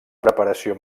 preparació